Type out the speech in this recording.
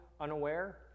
unaware